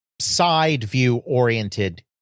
side-view-oriented